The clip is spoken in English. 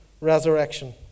resurrection